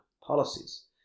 policies